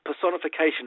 personification